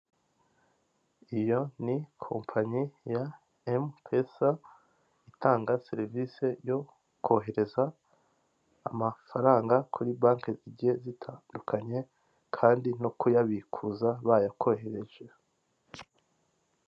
Iyo ni kompanye ya emupesa, itanga serivise yo kohereza amafaranga kuri banki zigiye zitandukanye kandi no kuyabikuza bayakohereje.